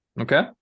Okay